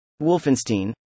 Wolfenstein